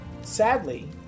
Sadly